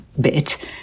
bit